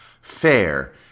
FAIR